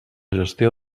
gestió